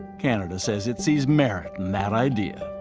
canada says it sees merit in that idea.